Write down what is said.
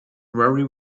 very